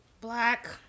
Black